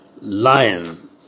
lion